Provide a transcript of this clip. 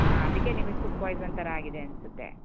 ಹಾಂ ಅದಕ್ಕೆ ನಿಮಗ್ ಫುಡ್ ಪಾಯ್ಸನ್ ಥರ ಆಗಿದೆ ಅನ್ಸುತ್ತೆ